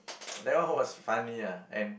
that was fun ya